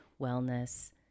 wellness